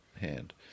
hand